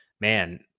man